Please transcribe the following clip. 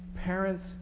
Parents